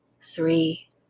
three